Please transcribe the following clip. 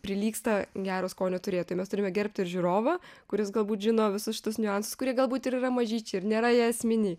prilygsta gero skonio turėtojui mes turime gerbti ir žiūrovą kuris galbūt žino visus šitus niuansus kurie galbūt ir yra mažyčiai ir nėra jie esminiai